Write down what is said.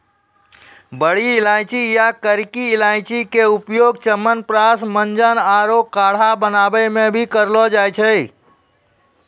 बड़ी इलायची या करकी इलायची के उपयोग च्यवनप्राश, मंजन आरो काढ़ा बनाय मॅ भी करलो जाय छै